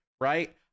right